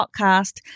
podcast